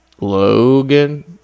Logan